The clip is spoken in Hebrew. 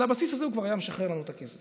על בסיס זה הוא כבר היה משחרר לנו את הכסף,